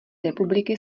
republiky